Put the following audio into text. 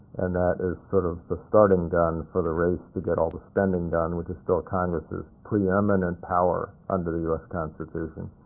and that is sort of the starting gun for the race to get all the spending done, which is still congress's preeminent power under the u s. constitution,